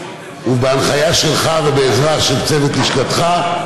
בהנחיה שלך ובעזרה של צוות לשכתך,